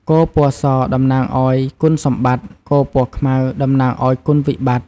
គោ ពណ៌ស តំណាងឱ្យគុណសម្បត្តិ គោពណ៌ខ្មៅ តំណាងឱ្យគុណវិបិត្ត។